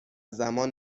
زمان